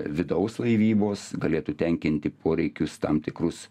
vidaus laivybos galėtų tenkinti poreikius tam tikrus